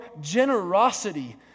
generosity